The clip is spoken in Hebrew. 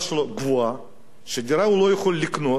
שדירה הוא לא יכול לקנות ואין לו כסף,